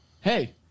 hey